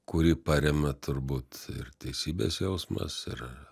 kurį paremia turbūt ir teisybės jausmas ir